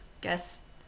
guess